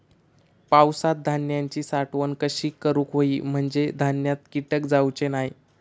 पावसात धान्यांची साठवण कशी करूक होई म्हंजे धान्यात कीटक जाउचे नाय?